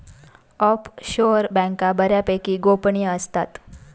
offshore बँका बऱ्यापैकी गोपनीय असतात